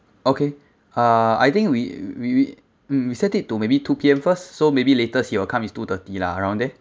okay uh I think we we we we set it to maybe two P_M first so maybe latest you will come is two thirty lah around there